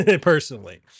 personally